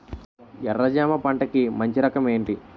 ఎర్ర జమ పంట కి మంచి రకం ఏంటి?